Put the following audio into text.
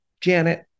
janet